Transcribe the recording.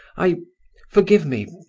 i forgive me,